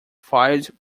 fired